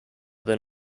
than